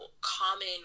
common